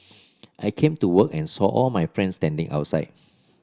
I came to work and saw all my friends standing outside